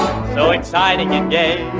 no exciting and day.